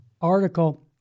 article